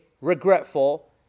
regretful